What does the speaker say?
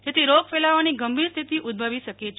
જેથી રોગ ફેલાવવાની ગંભીર સ્થિતિ ઉદભવી શકે છે